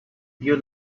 you